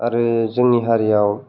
आरो जोंनि हारियाव